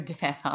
down